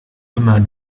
immer